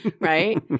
right